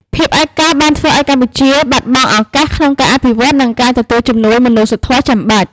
ភាពឯកោបានធ្វើឱ្យកម្ពុជាបាត់បង់ឱកាសក្នុងការអភិវឌ្ឍ និងការទទួលជំនួយមនុស្សធម៌ចាំបាច់។